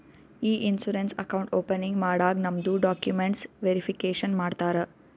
E insurance account opening ಮಾಡಾಗ್ ನಮ್ದು documents verification ಮಾಡ್ತಾರ